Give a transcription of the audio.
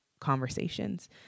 conversations